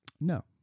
No